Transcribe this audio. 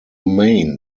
main